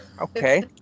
Okay